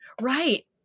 Right